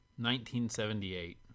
1978